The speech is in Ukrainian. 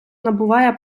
набуває